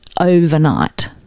overnight